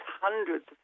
hundreds